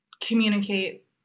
communicate